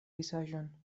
vizaĝon